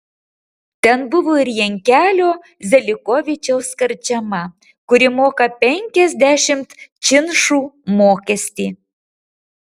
ten buvo ir jankelio zelikovičiaus karčema kuri moka penkiasdešimt činšų mokestį